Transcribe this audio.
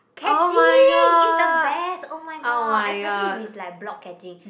catching it's the best oh-my-god especially if it's like block catching